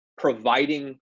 providing